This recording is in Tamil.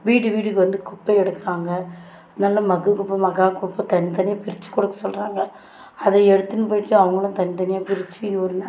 வீடு வீடுக்கு வந்து குப்பை எடுக்குறாங்கள் நல்ல மக்கும் குப்பை மக்காத குப்பை தனித்தனியாக பிரித்து கூட சொல்கிறாங்க அதை எடுத்துன்னு போய்ட்டு அவங்களும் தனித்தனியாக பிரித்து ஒரு நல்ல